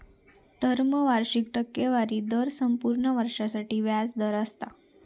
term वार्षिक टक्केवारी दर संपूर्ण वर्षासाठी व्याज दर असता